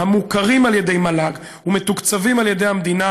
המוכרים על ידי המל"ג ומתוקצבים על ידי המדינה